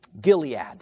Gilead